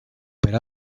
per